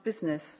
business